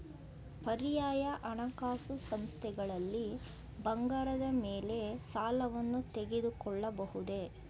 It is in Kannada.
ಪರ್ಯಾಯ ಹಣಕಾಸು ಸಂಸ್ಥೆಗಳಲ್ಲಿ ಬಂಗಾರದ ಮೇಲೆ ಸಾಲವನ್ನು ತೆಗೆದುಕೊಳ್ಳಬಹುದೇ?